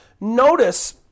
Notice